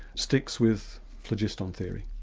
sticks with phlogiston theory.